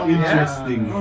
Interesting